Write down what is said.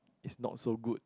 is not so good